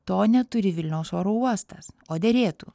to neturi vilniaus oro uostas o derėtų